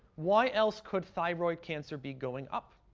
why else could thyroid cancer be going up?